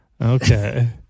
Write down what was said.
Okay